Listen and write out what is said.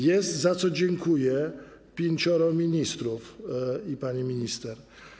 Jest, za co dziękuję, pięciu ministrów i pani minister.